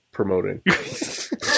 Promoting